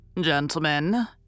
Gentlemen